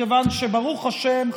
מכיוון שברוך השם,